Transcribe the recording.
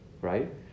right